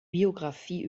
biographie